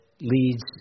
leads